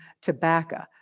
tobacco